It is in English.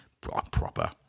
proper